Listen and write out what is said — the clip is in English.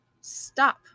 stop